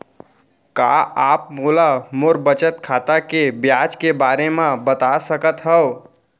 का आप मोला मोर बचत खाता के ब्याज के बारे म बता सकता हव?